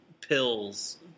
pills